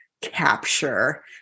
capture